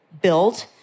build